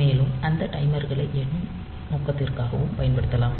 மேலும் அந்த டைமர்களை எண்ணும் நோக்கங்களுக்காகவும் பயன்படுத்தலாம்